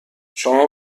شما